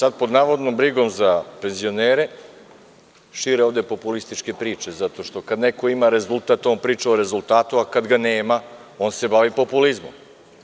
Sada pod navodnom brigom za penzionere, šire ovde populističke priče zato što kada neko ima rezultat, on priča o rezultatu, a kada ga nema, on se bavi populizmom.